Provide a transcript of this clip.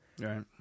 right